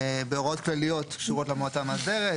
ובהוראות כלליות שקשורות למועצה המאסדרת,